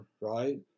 right